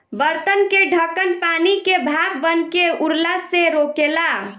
बर्तन के ढकन पानी के भाप बनके उड़ला से रोकेला